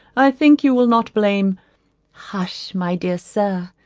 i think you will not blame hush, my dear sir,